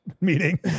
meeting